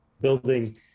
building